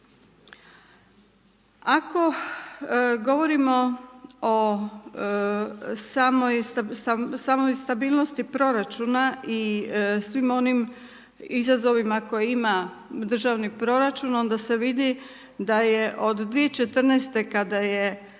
Ako govorimo o samoj stabilnosti proračuna i svim onim izazovima, koje ima državni proračun, onda se vidi, da je od 2014. kada je